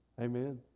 Amen